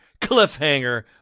cliffhanger